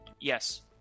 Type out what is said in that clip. Yes